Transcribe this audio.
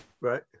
Right